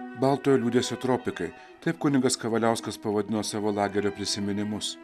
baltojo liūdesio tropikai taip kunigas kavaliauskas pavadino savo lagerio prisiminimus